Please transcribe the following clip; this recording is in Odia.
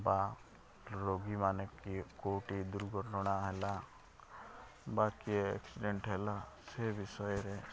ବା ରୋଗୀମାନେ କିଏ କେଉଁଠି ଦୁର୍ଘଟଣା ହେଲା ବା କିଏ ଆକ୍ସିଡ଼େଣ୍ଟ୍ ହେଲା ସେ ବିଷୟରେ